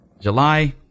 July